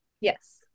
yes